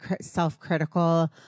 self-critical